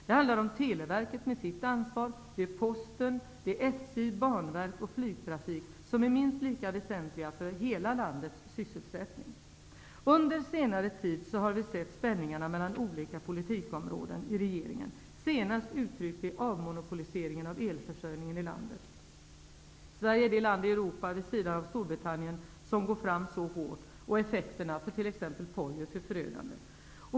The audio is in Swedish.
Det handlar om Televerket med sitt ansvar, Posten, SJ, Banverket och flygtrafiken, som är minst lika väsentliga för hela landets sysselsättning. Under senare tid har vi sett spänningarna mellan olika politikområden i regeringen, senast uttryckt i avmonopoliseringen av elförsörjningen i landet. Sverige är det land i Europa vid sidan av Storbritannien som går fram så här hårt, och effekterna för t.ex. Porjus är förödande.